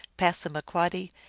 passa maqiioddy,